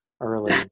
early